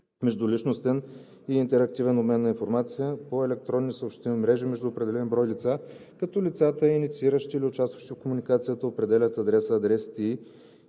междуличностен и интерактивен обмен на информация по електронни съобщителни мрежи между определен брой лица, като лицата, иницииращи или участващи в комуникацията, определят адресата (адресатите)